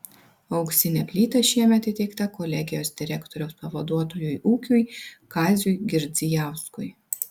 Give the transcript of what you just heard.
auksinė plyta šiemet įteikta kolegijos direktoriaus pavaduotojui ūkiui kaziui girdzijauskui